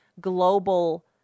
Global